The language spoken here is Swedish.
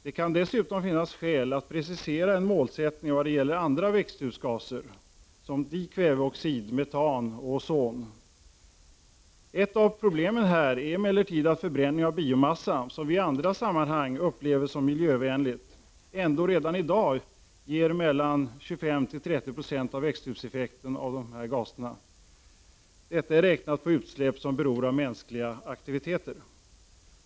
Det kan dessutom finnas skäl att precisera en målsättning i vad gäller andra växthusgaser, som dikväveoxid, metan och ozon. Ett av problemen är emellertid att förbränning av biomassa, som vi i andra sammanhang upplever som mil nligt, ändå redan i dag ger mellan 25 och 30 960 av växthuseffekten av dessa gaser. Detta är räknat på utsläpp som beror av mänskliga aktiviteter.